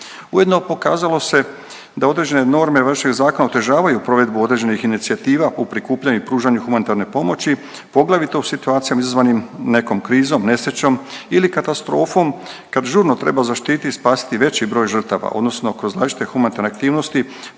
Ujedno pokazalo se da određene norme važećeg zakona otežavaju provedbu određenih inicijativa u prikupljanju i pružanju humanitarne pomoći, poglavito u situacijama izazvanim nekom krizom, nesrećom ili katastrofom kad žurno treba zaštititi i spasiti veći broj žrtava odnosno kroz različite humanitarne aktivnosti